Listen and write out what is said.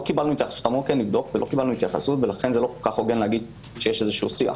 לא קיבלנו התייחסות, לכן לא הוגן לומר שיש שיח.